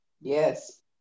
Yes